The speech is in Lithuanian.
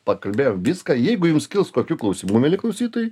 pakalbėjom viską jeigu jums kils kokių klausimų mieli klausytojai